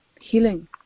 Healing